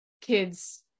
kids